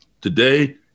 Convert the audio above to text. Today